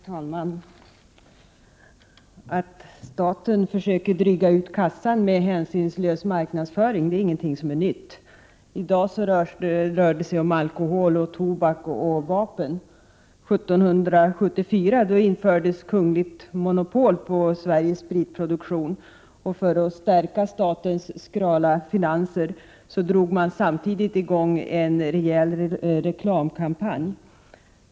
Herr talman! Att staten försöker dryga ut kassan med en hänsynslös marknadsföring är ingenting nytt. I dag rör det sig om alkohol, tobak och vapen. År 1774 infördes kungligt monopol på Sveriges spritproduktion. För att stärka statens skrala finanser drog man samtidigt i gång en rejäl reklamkampanj.